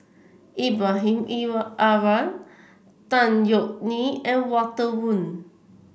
Ibrahim Awang Tan Yeok Nee and Walter Woon